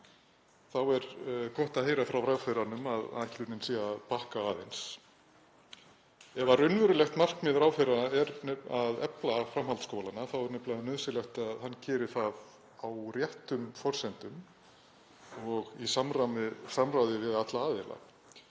er gott að heyra frá ráðherranum að ætlunin sé að bakka aðeins. Ef raunverulegt markmið ráðherra er að efla framhaldsskólana er nefnilega nauðsynlegt að hann geri það á réttum forsendum og í samráði við alla aðila.